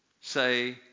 say